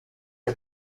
are